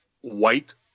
white